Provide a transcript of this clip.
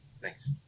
Thanks